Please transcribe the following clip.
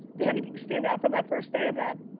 did anything stand out for that first day of that?